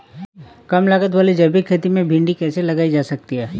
कम लागत वाली जैविक खेती में भिंडी कैसे लगाई जा सकती है?